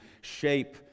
shape